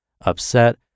upset